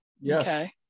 Yes